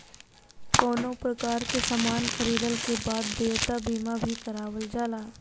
कवनो प्रकार के सामान खरीदला के बाद देयता बीमा भी करावल जाला